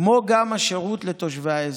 כמו גם השירות לתושבי האזור.